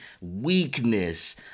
weakness